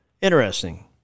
Interesting